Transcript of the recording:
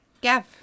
Gav